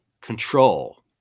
control